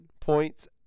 points